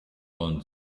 town